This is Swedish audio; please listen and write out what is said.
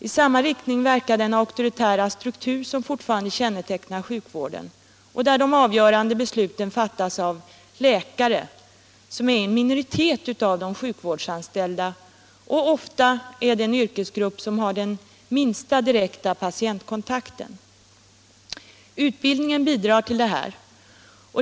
I samma riktning verkar den auktoritära struktur som fortfarande kännetecknar sjukvården, där de avgörande besluten fattas av läkare — som är en minoritet av de sjukvårdsanställda och ofta är den yrkesgrupp som har den minsta direkta patientkontakten. Utbildningen bidrar till detta.